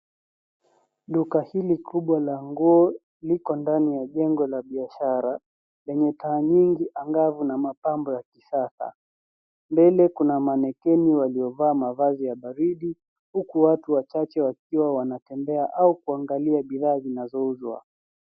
Duka hili kubwa la nguo liko ndani ya jengo la biashara lenye taa nyingi angavu na mapambo ya kisasa. Mbele kuna manekeni waliovaa mavazi ya baridi, uku watu wachache wakiwa wanatembea au kuangalia bidhaa zinazouzwa.